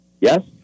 yes